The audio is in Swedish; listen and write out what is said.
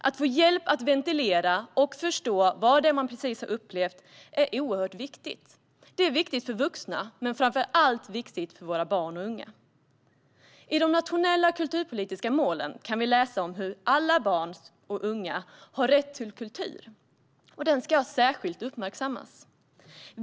Att få hjälp att ventilera och förstå vad det är man precis har upplevt är oerhört viktigt. Det är viktigt för vuxna och framför allt viktigt för våra barn och unga. I de nationella kulturpolitiska målen kan vi läsa om hur alla barn och unga har rätt till kultur. Kulturen ska särskilt uppmärksammas.